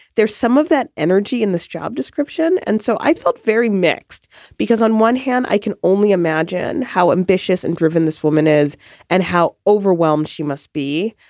there's some of that energy in this job description. and so i felt very mixed because on one hand, i can only imagine how ambitious and driven this woman is and how overwhelmed she must be.